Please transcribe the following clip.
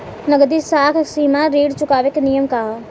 नगदी साख सीमा ऋण चुकावे के नियम का ह?